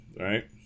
Right